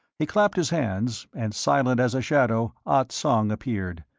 he clapped his hands, and, silent as a shadow, ah tsong appeared.